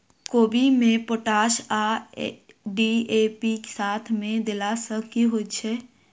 कोबी मे पोटाश आ डी.ए.पी साथ मे देला सऽ की होइ छै?